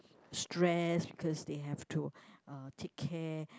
stress because they have to uh take care